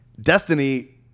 Destiny